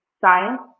science